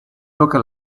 toca